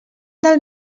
del